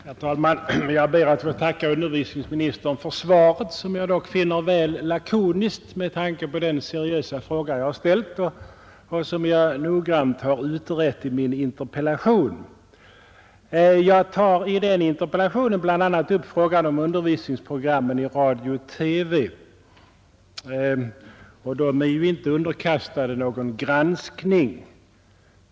Herr talman! Jag ber att få tacka utbildningsministern för svaret, som jag dock finner väl lakoniskt med tanke på den seriösa fråga jag framställt och noggrant utrett i min interpellation. Jag tar i interpellationen bl.a. upp frågan om undervisningsprogrammen i radio och TV, vilka ju inte är underkastade någon granskning.